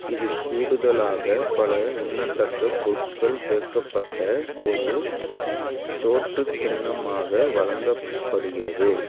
இது கூடுதலாக பல உண்ணத்தக்க பொருட்கள் சேர்க்கப்பட்ட ஒரு சோற்றுக் கிண்ணமாக வழங்கப்படுகிறது